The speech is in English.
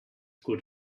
could